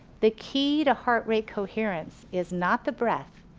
the key to heart rate coherence is not the breath,